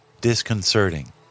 disconcerting